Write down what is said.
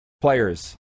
players